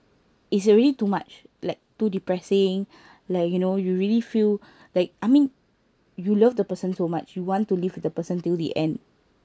it's already too much like too depressing like you know you really feel like I mean you love the person so much you want to live with the person till the end